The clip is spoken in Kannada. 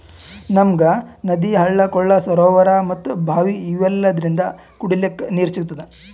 ನಮ್ಗ್ ನದಿ ಹಳ್ಳ ಕೊಳ್ಳ ಸರೋವರಾ ಮತ್ತ್ ಭಾವಿ ಇವೆಲ್ಲದ್ರಿಂದ್ ಕುಡಿಲಿಕ್ಕ್ ನೀರ್ ಸಿಗ್ತದ